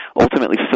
ultimately